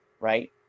right